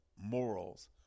morals